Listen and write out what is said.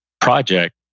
project